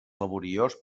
laboriós